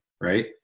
right